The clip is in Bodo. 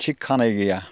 थिग खानाय गैया